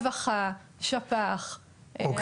רווחה, שפ"ח (שירות פסיכולוגי חינוכי).